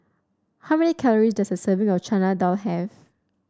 how many calories does a serving of Chana Dal have